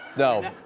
don't.